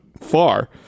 far